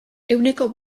ehuneko